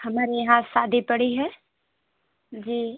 हमारे यहाँ शादी पड़ी है जी